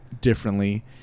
differently